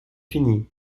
fini